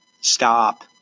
Stop